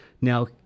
Now